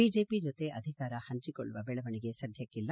BJP ಜೊತೆ ಅಧಿಕಾರ ಪಂಚಿಕೊಳ್ಳುವ ಬೆಳವಣಿಗೆ ಸದ್ಕಕ್ಷಿಲ್ಲ